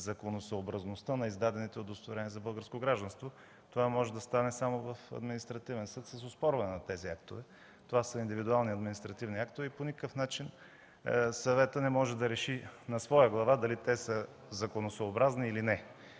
законосъобразността на издадените удостоверения за българско гражданство? Това може да стане само в административен съд с оспорване на тези актове. Това са индивидуални административни актове и по никакъв начин Съветът по гражданството не може да реши на своя глава дали те са законосъобразни, или не,